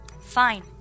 Fine